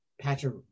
Patrick